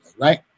right